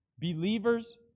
believers